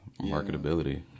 marketability